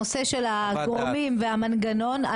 הנושא של הגורמים והמנגנון,